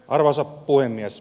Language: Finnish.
arvoisa puhemies